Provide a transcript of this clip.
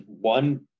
one